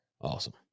awesome